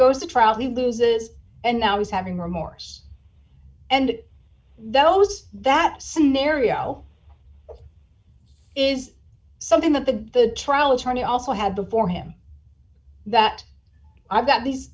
goes to trial he loses and now he's having remorse and those that scenario is something that the trial attorney also have before him that i've got these